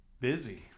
Busy